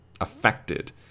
affected